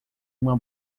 uma